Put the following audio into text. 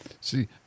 See